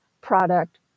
product